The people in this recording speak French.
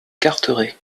carteret